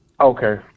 Okay